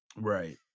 Right